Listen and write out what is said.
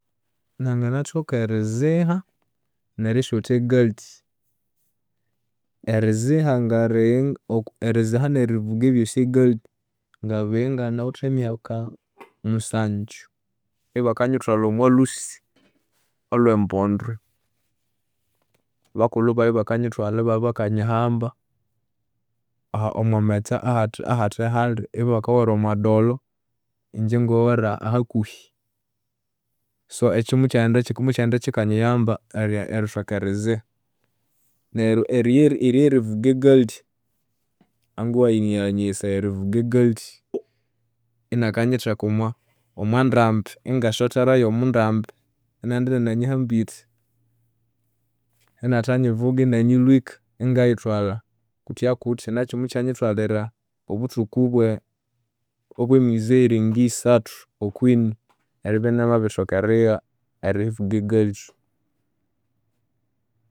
Nanginathoka eriziha nerisyotha egali. Eriziha ngaligha eriziha nerivuga ebyosi egali, ngabigha inganawithe emyaka musanju. Ibakanyithwalha omwalhusi olhwembondwe, bakulhu bayi ibakanyithwalha ibabya bakanyihamba, omwamaghetse aha- ahathe hali. Ibakoghora omwadolo, inje ingaghora hakuhi. So ekyu mukyaghenda kyikanyiyamba erithoka eriziha. Neryo iryo erivuga egali, uncle wayi niyo anyaghesaya erivuga egali. Inakanyitheka omwa omwandambi ingasyotherayu omwandambi, inaghenda inananyihambire, inathanyivuga inanyilhwika ingayithwalha, kuthya kuthya. Nakyu mukyanyithwalira obuthuku obwemyezi eyiringisathu okwini, eribya inamabirithoka erigha erivuga egali.